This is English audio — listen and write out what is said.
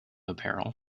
apparel